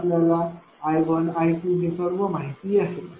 तर आपल्याला I1 I2 हे सर्व माहिती आहे